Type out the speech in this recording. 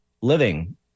living